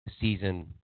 season